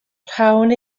rhawn